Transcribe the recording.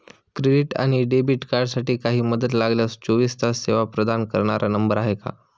Credit आणि debit कार्डसाठी काही मदत लागल्यास चोवीस तास सेवा प्रदान करणारा नंबर आहे का?